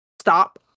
stop